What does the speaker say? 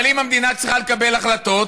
אבל אם המדינה צריכה לקבל החלטות?